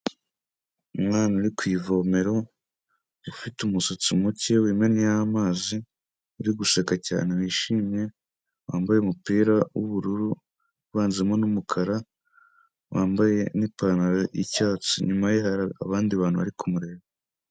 Umwana uri ku ivomero ufite umusatsi muke wimennyeho amazi, uri guseka cyane wishimye wambaye umupira w'ubururu, uvanzemo n'umukara, wambaye n'ipantaro y'icyatsi. Inyuma ye hari abandi bantu bari kumureba.